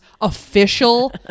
official